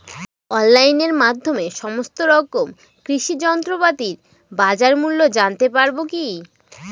অনলাইনের মাধ্যমে সমস্ত রকম কৃষি যন্ত্রপাতির বাজার মূল্য জানতে পারবো কি?